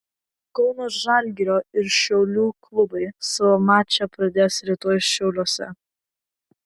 kauno žalgirio ir šiaulių klubai savo mačą pradės rytoj šiauliuose